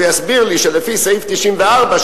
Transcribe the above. והוא יסביר לי שלפי סעיף 94,